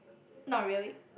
not really